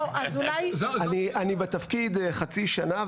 אני בתפקיד חצי שנה,